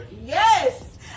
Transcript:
yes